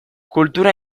kultura